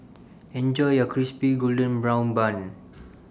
Enjoy your Crispy Golden Brown Bun